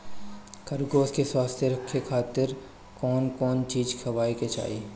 खरगोश के स्वस्थ रखे खातिर कउन कउन चिज खिआवे के चाही?